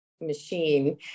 machine